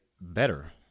better